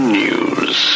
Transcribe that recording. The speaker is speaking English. news